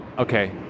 Okay